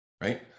right